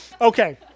Okay